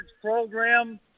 Program